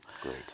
Great